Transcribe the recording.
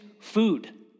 food